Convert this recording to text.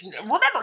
remember